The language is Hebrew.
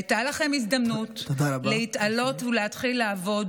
הייתה לכם הזדמנות להתעלות ולהתחיל לעבוד